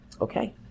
Okay